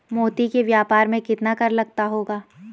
मोती के व्यापार में कितना कर लगता होगा?